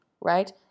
right